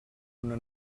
una